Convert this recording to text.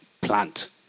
plant